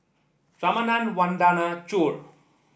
Ramanand Vandana Choor